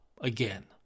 again